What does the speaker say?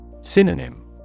Synonym